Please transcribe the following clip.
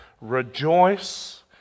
Rejoice